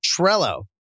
Trello